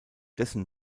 dessen